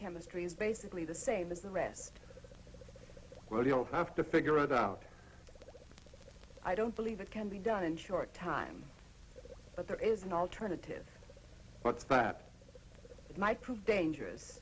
chemistry is basically the same as the rest well you don't have to figure it out i don't believe it can be done in short time but there is an alternative what's fact it might prove dangerous